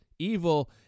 Evil